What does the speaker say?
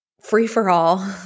free-for-all